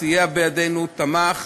סייע בידנו ותמך.